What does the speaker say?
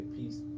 peace